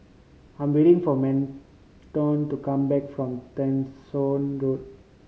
I'm waiting for Merton to come back from Road